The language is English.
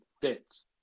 fits